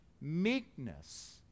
Meekness